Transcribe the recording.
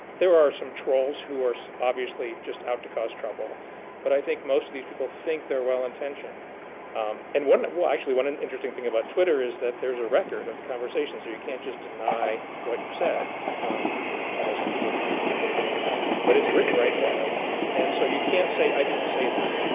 there are some trolls who are so obviously just out to cause trouble but i think most of these people think they're well intentioned um and one that will actually one an interesting thing about twitter is that there's a record of the conversation so you can't just deny what you said. true although some people do try but it's written right there and so you can't say i didn't say that.